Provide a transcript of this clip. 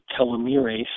telomerase